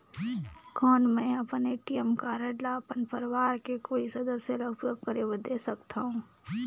कौन मैं अपन ए.टी.एम कारड ल अपन परवार के कोई सदस्य ल उपयोग करे बर दे सकथव?